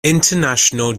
international